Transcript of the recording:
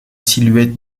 silhouette